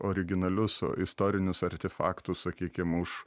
originalius istorinius artefaktus sakykim už